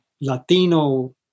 Latino